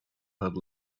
had